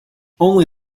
only